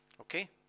okay